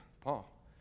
Paul